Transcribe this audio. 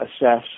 assess